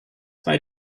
bei